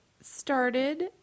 started